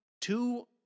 Two